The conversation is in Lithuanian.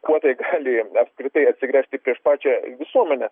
kuo tai gali apskritai atsigręžti prieš pačią visuomenę